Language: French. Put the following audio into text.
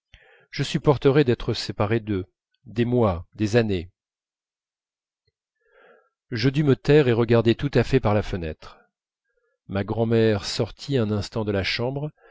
je supporterais d'être séparé d'eux des mois des années je dus me taire et regarder tout à fait par la fenêtre ma grand'mère sortit un instant de la chambre